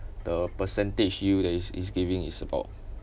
the percentage yield that is is giving is about